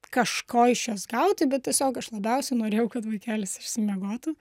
kažko iš jos gauti bet tiesiog aš labiausiai norėjau kad vaikelis išsimiegotų